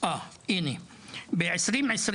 בחברה הערבית בשנת 2020,